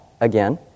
again